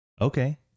okay